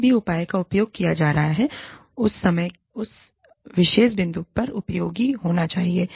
जिस भी उपाय का उपयोग किया जा रहा है उस समय के उस विशेष बिंदु पर उपयोगी होना चाहिए